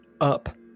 up